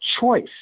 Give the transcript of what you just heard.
choice